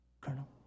Colonel